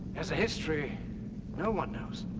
has a history no one knows.